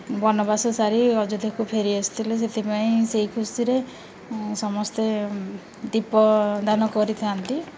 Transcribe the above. ବନବାସ ସାରି ଅଯୋଧ୍ୟକୁ ଫେରି ଆସିଥିଲେ ସେଥିପାଇଁ ସେହି ଖୁସିରେ ସମସ୍ତେ ଦୀପଦାନ କରିଥାନ୍ତି